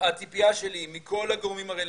הציפיה שלי מכל הגורמים הרלוונטיים,